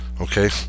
Okay